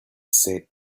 said